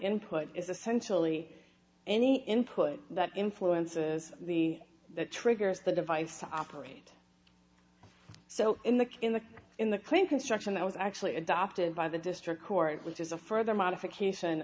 input is essentially any input that influences the triggers the device to operate so in the in the in the plane construction that was actually adopted by the district court which is a further modification